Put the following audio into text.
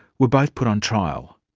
were both put on trial.